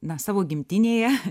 na savo gimtinėje